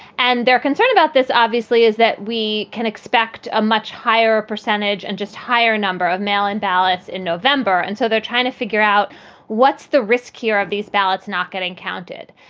and they're concerned about this, obviously, is that we can expect a much higher percentage and just higher number of mail in ballots in november. and so they're trying to figure out what's the risk here of these ballots not getting counted.